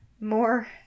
More